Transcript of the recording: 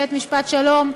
בית-משפט שלום,